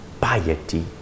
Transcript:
piety